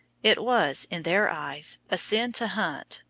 it, was, in their eyes, a sin to hunt,